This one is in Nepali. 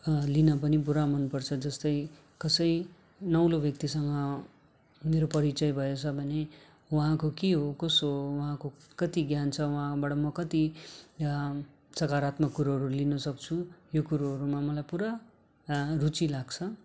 लिन पनि पूरा मन पर्छ जस्तै कसै नौलो व्यक्तिसँग मेरो परिचय भएछ भने उहाँको के हो कसो हो उहाँको कति ज्ञान छ उहाँबाट म कति सकरात्मक कुरोहरू लिन सक्छु यो कुरोहरूमा मलाई पुरा रुचि लाग्छ